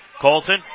Colton